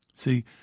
See